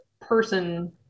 person